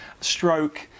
stroke